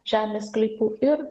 žemės sklypų ir